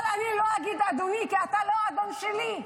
אבל אני לא אגיד "אדוני", כי אתה לא האדון שלי.